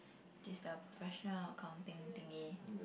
this the first round accounting thingy